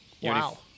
Wow